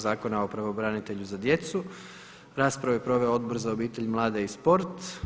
Zakona o Pravobranitelju za djecu, raspravu je proveo Odbor za obitelj, mlade i sport.